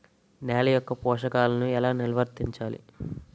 నెల యెక్క పోషకాలను ఎలా నిల్వర్తించాలి